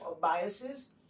biases